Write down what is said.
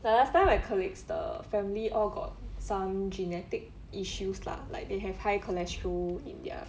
like last time my colleagues the family all got some genetic issues lah like they have high cholesterol in their